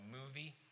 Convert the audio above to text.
movie